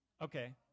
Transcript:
Okay